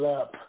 up